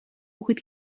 хүүхэд